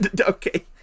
Okay